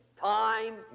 time